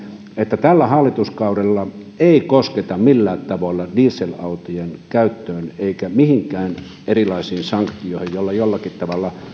että tällä hallituskaudella ei kosketa millään tavalla dieselautojen käyttöön eikä mihinkään erilaisiin sanktioihin joilla jollakin tavalla